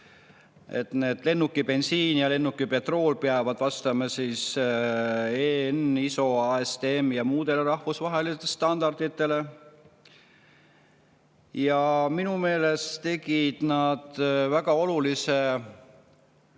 et lennukibensiin ja lennukipetrool peavad vastama EN, ISO, ASTM ja muudele rahvusvahelistele standarditele. Minu meelest [esitasid] nad väga olulised